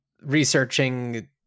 researching